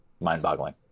mind-boggling